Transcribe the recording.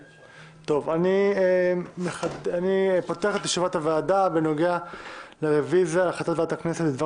חברים, אני מתכבד לחדש את ישיבת ועדת הכנסת.